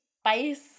spice